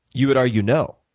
you would argue no?